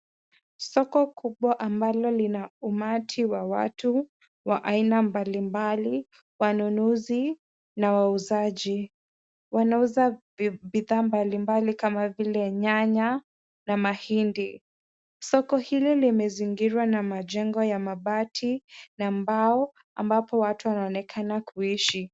Soko kubwa ambalo lina umati wa watu wa aina mbalimbali, wanunuzi na wauzaji. Wanauza bidhaa mbalimbali kama vile nyanya na mahindi. Soko hili limezingirwa na majengo ya mabati na mbao ambapo watu wanaonekana kuishi.